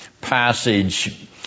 passage